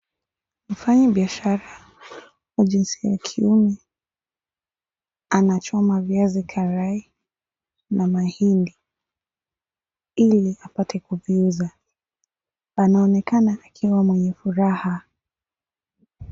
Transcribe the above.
Mfanyibiashara wa jinsia ya kiume anachoma viazi karai na mahindi ili apate kuviuza, anaonekana akiwa mwenye furaha.